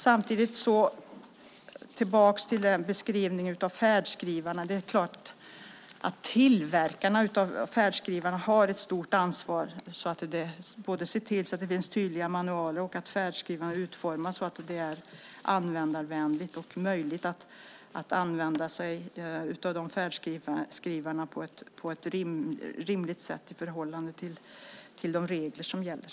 Samtidigt - för att gå tillbaka till beskrivningen av färdskrivarna - är det klart att tillverkarna av färdskrivare har ett stort ansvar när det gäller att se till att det finns tydliga manualer och att färdskrivarna utformas så att de är användarvänliga och så att de kan användas på ett rimligt sätt i förhållande till de regler som gäller.